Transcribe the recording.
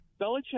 Belichick